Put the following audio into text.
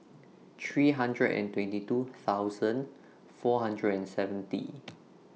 three hundred and twenty two thousand four hundred and seventy